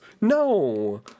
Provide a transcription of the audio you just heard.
No